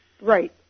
Right